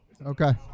Okay